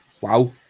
Wow